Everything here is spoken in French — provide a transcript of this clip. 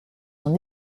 sont